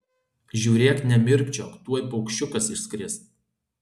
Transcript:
žiūrėk nemirkčiok tuoj paukščiukas išskris